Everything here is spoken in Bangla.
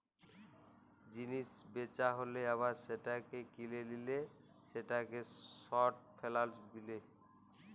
জিলিস বেচা হ্যালে আবার সেটাকে কিলে লিলে সেটাকে শর্ট ফেলালস বিলে